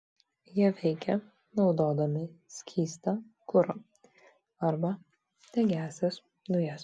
jie veikia naudodami skystą kurą arba degiąsias dujas